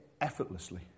effortlessly